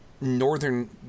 Northern